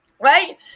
right